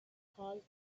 caused